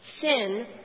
Sin